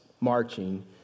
marching